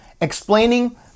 Explaining